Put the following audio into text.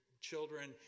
children